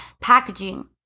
packaging